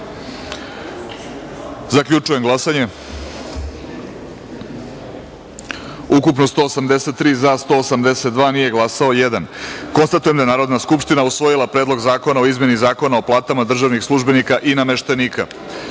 celini. Zaključujem glasanje: ukupno – 183, za – 182, nije glasao – jedan. Konstatujem da je Narodna skupština usvojila Predlog zakona o izmeni Zakona o platama državnih službenika i nameštenika. Stavljam